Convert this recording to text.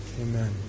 Amen